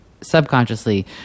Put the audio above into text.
subconsciously